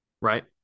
right